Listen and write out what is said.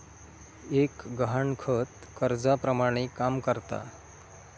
एक गहाणखत कर्जाप्रमाणे काम करता